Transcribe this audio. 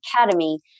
academy